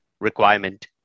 requirement